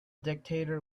dictator